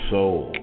soul